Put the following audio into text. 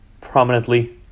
prominently